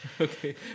Okay